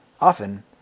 Often